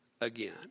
again